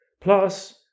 Plus